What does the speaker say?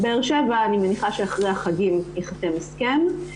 באר-שבע אני מניחה שאחרי החגים ייחתם הסכם.